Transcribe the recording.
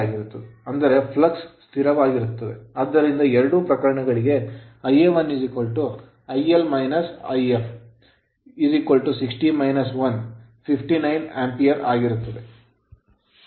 ಅಂದರೆ flux flux ಸ್ಥಿರವಾಗಿರುತ್ತದೆ ಆದ್ದರಿಂದ ಎರಡೂ ಪ್ರಕರಣಗಳಿಗೆ Ia1 60 - 1 59 1 Ampere ಆಂಪಿಯರ್ ಆಗಿರುತ್ತದೆ